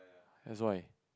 that is why